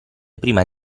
prima